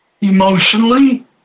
emotionally